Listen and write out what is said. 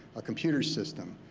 a computer system,